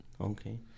Okay